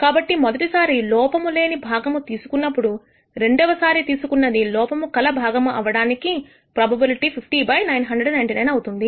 కాబట్టి మొదటిసారి లోపము లేని భాగము తీసుకున్నప్పుడు రెండవ సారి తీసుకున్నది లోపము కల భాగము అవడానికి ప్రోబబిలిటీ 50 బై 999 అవుతుంది